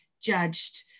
judged